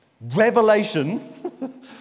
revelation